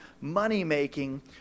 money-making